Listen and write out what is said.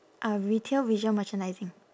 uh retail visual merchandising